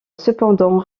cependant